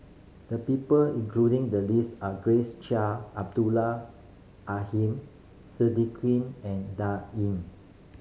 the people including the list are Grace Chia Abdul Aheem and Da Ying